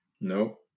no